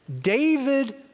David